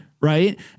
Right